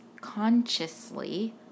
consciously